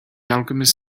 alchemist